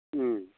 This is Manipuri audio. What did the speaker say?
ꯎꯝ